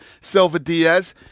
Silva-Diaz